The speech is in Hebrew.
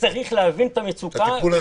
צריך להבין את המצוקה.